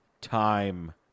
time